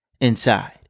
inside